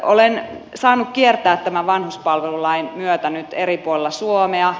olen saanut kiertää tämän vanhuspalvelulain myötä nyt eri puolilla suomea